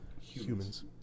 humans